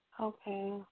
Okay